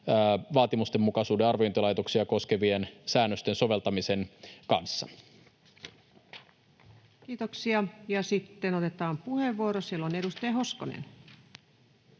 vaatimustenmukaisuuden arviointilaitoksia koskevien säännösten soveltamisen kanssa. Kiitoksia. — Ja sitten otetaan puheenvuoro. Siellä on edustaja Hoskonen.